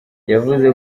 yavuze